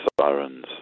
sirens